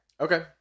Okay